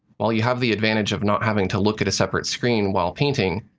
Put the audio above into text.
while you have the advantage of not having to look at a separate screen while painting,